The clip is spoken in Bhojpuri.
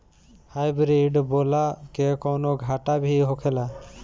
हाइब्रिड बोला के कौनो घाटा भी होखेला?